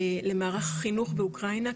למערך חינוך באוקראינה,